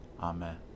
Amen